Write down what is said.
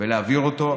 ולהעביר אותו.